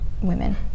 women